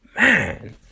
man